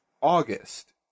August